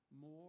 more